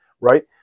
right